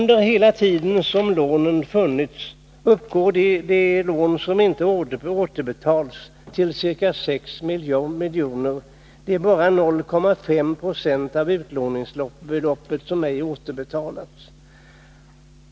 De lån som inte har återbetalats uppgår för hela den tid lånen har funnits till ca 6 miljoner. Det är bara 0,5 6 av utlåningsbeloppet som ej har återbetalats.